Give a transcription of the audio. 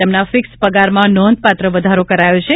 તેમના ફિક્સ પગારમાં નોંધપાત્ર વધારો કરાયો છે